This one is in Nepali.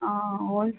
हुन्छ